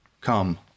Come